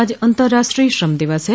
आज अंतर्राष्ट्रीय श्रम दिवस है